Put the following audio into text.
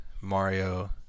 Mario